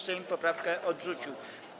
Sejm poprawkę odrzucił.